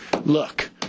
look